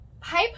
pipe